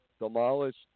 demolished